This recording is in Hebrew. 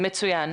מצוין.